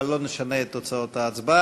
אבל לא נשנה את תוצאות ההצבעה.